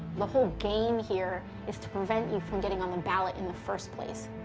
the whole game here is to prevent you from getting on the ballot in the first place.